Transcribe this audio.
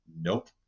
nope